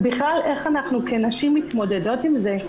ובכלל איך אנחנו כנשים מתמודדות עם זה,